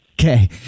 okay